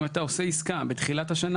אם אתה עושה עסקה בתחילת הדנה,